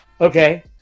okay